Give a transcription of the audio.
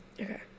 Okay